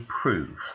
prove